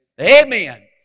Amen